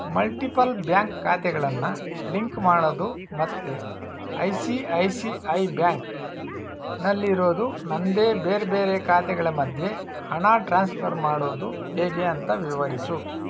multiple bank ಖಾತೆಗಳನ್ನು link ಮಾಡೋದು ಮತ್ತೆ I C I C I ಬ್ಯಾಂಕ್ನಲ್ಲಿರೋದು ನನ್ನದೇ ಬೇರೆ ಬೇರೆ ಖಾತೆಗಳ ಮಧ್ಯೆ ಹಣ ಟ್ರಾನ್ಸ್ಫರ್ ಮಾಡೋದು ಹೇಗೆ ಅಂತ ವಿವರಿಸು